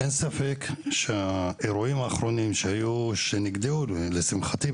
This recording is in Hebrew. אין ספק שבאירועים האחרונים שנגדעו לשמחתי,